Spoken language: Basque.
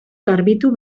garbitu